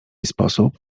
sposób